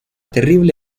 terrible